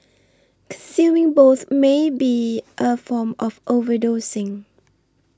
consuming both may be a form of overdosing